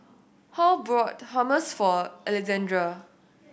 Hall bought Hummus for Alexandra